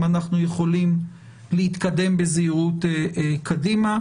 אם אנחנו יכולים להתקדם בזהירות קדימה.